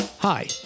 Hi